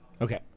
Okay